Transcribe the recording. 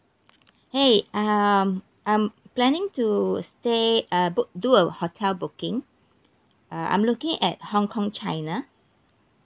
hey um I'm planning to stay uh book do a hotel booking uh I'm looking at hong kong china